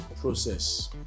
process